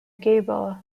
gable